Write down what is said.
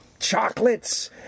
Chocolates